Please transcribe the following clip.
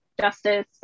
justice